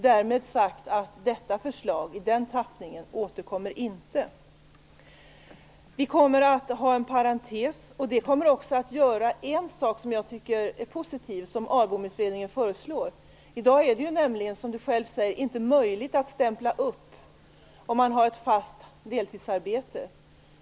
Därmed sagt att detta förslag, i den tappningen, inte återkommer. Vi kommer att ha en parentes, och det kommer att göra en sak som jag tycker är positiv och som ARBOM-utredningen också föreslår. I dag är det ju nämligen, som Barbro Johansson själv säger, inte möjligt att stämpla upp om man har ett fast deltidsarbete.